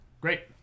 Great